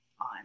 on